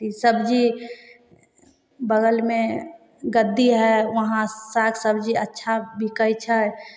अथी सब्जी बगलमे गद्दी हइ वहाँ साग सब्जी अच्छा बिकै छै